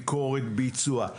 ביקורת ביצוע?